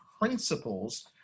principles